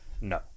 No